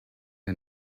der